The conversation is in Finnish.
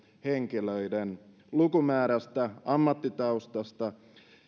henkilöiden lukumäärästä ammattitaustasta